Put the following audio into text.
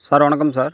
sir வணக்கம் sir